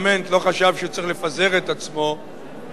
לא חשב שהוא צריך לפזר את עצמו כאשר